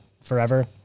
forever